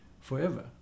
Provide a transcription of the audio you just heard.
forever